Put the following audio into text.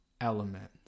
element